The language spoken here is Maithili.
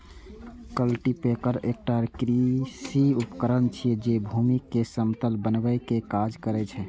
कल्टीपैकर एकटा कृषि उपकरण छियै, जे भूमि कें समतल बनबै के काज करै छै